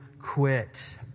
quit